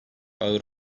ağır